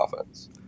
offense